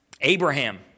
Abraham